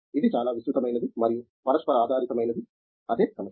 ఇది చాలా విస్తృతమైనది మరియు పరస్పరాధారితమైనది అదే సమస్య